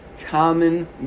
common